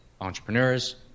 entrepreneurs